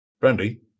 Brandy